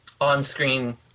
on-screen